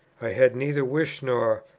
i had neither wish, nor,